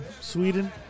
Sweden